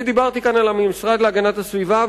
אני דיברתי כאן על המשרד להגנת הסביבה,